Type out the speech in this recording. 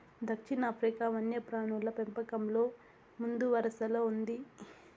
దక్షిణాఫ్రికా వన్యప్రాణుల పెంపకంలో ముందువరసలో ఉంది